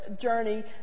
journey